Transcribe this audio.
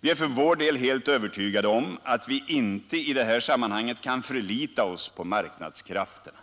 Vi är för vår del helt övertygade om att vi inte i det här sammanhanget kan förlita oss på marknadskrafterna.